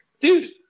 Dude